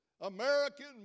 American